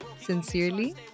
Sincerely